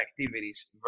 activities